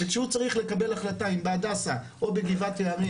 וכשהוא צריך לקבל החלטה אם בהדסה או בגבעת יערים